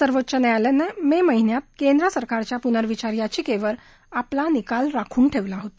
सर्वोच्च न्यायालयानं मे महिन्यात केंद्र सरकारच्या पूर्नविचार याचिकेवर आपला निकाल राखून ठेवला होता